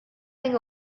thing